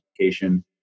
application